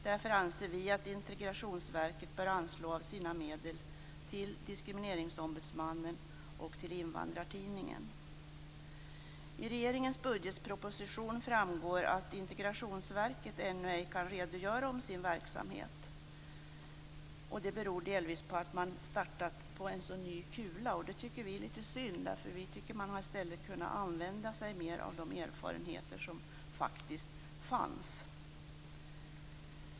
Därför anser vi att Integrationsverket bör anslå av sina medel till Diskrimineringsombudsmannen och till Invandrartidningen. I regeringens budgetproposition framgår att Integrationsverket ännu ej kan redogöra för sin verksamhet. Det beror delvis på att man startar på ny kula. Det är synd. Vi tycker att man i stället hade kunnat använda sig mer av de erfarenheter som finns.